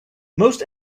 most